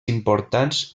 importants